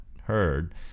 heard